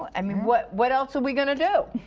i mean what what else are we going to do?